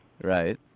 Right